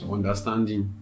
Understanding